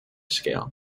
scale